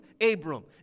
Abram